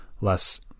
less